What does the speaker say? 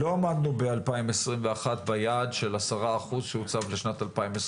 לא עמדנו ב-2021 ביעד של 10% שהוצב ב-2010,